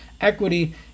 equity